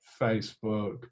Facebook